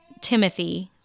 Timothy